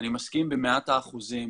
אני מסכים במאת האחוזים.